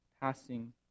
passing